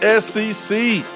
SEC